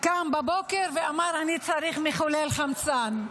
קם בבוקר ואמר: אני צריך מחולל חמצן.